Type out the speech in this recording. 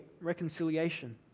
reconciliation